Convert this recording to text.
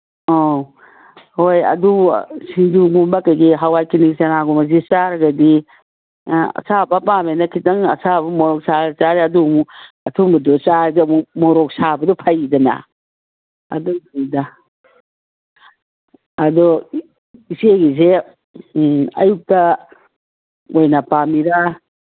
ꯑꯧ ꯍꯣꯏ ꯑꯗꯨ ꯁꯤꯡꯖꯨꯒꯨꯝꯕ ꯀꯔꯤ ꯀꯔꯤ ꯍꯋꯥꯏ ꯀꯤꯂꯤꯆꯅꯥꯒꯨꯝꯕꯁꯦ ꯆꯥꯔꯒꯗꯤ ꯑꯁꯥꯕ ꯄꯥꯝꯃꯦꯅ ꯈꯤꯇꯪ ꯑꯁꯥꯕ ꯃꯣꯔꯣꯛ ꯁꯥꯅ ꯆꯥꯔꯦ ꯑꯗꯨ ꯑꯃꯨꯛ ꯑꯊꯨꯝꯕꯗꯨ ꯆꯥꯔꯗꯤ ꯑꯃꯨꯛ ꯃꯣꯔꯣꯛ ꯁꯥꯕꯗꯨ ꯐꯩꯗꯅ ꯑꯗꯨꯒꯤꯅꯤꯗ ꯑꯗꯨ ꯏꯆꯦꯒꯤꯁꯦ ꯑꯌꯨꯛꯇ ꯑꯣꯏꯅ ꯄꯥꯝꯃꯤꯔꯥ